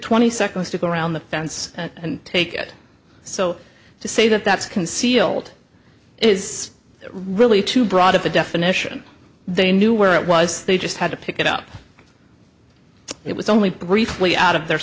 twenty seconds to go around the fence and take it so to say that that's concealed is really too broad of a definition they knew where it was they just had to pick it up it was only briefly out of their